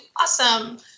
awesome